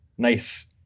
nice